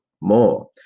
more